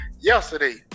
yesterday